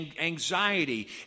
anxiety